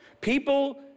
People